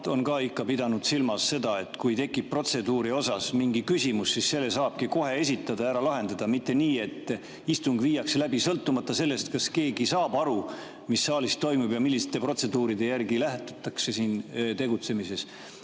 on ka ikka pidanud silmas seda, et kui tekib protseduuri kohta mingi küsimus, siis selle saabki kohe esitada ja ära lahendada, mitte nii, et istung viiakse läbi sõltumata sellest, kas keegi saab aru, mis saalis toimub ja millistest protseduuridest tegutsemisel